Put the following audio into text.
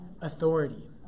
Authority